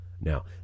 Now